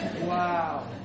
Wow